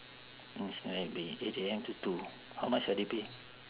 gardens by the bay eight A_M to two how much ah they pay